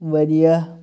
واریاہ